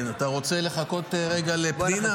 אתה רוצה לחכות רגע לפנינה?